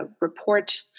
report